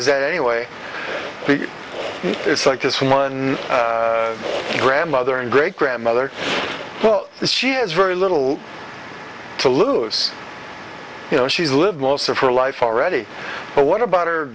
is that anyway it's like this one grandmother and great grandmother well she has very little to lose you know she's lived most of her life already but what about